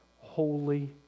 holy